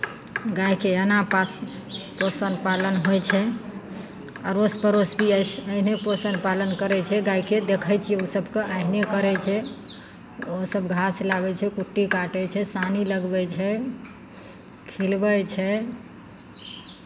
गायके एना पास पोषण पालन होइ छै अड़ोस पड़ोस भी अइसे अहिने पोषण पालन करै छै गायके देखै छियै ओ सभके अहिने करै छै ओसभ घास लाबै छै कुट्टी काटै छै सानी लगबै छै खिलबै छै